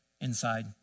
inside